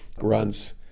runs